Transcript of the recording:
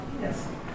Yes